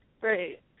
Right